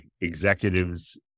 executives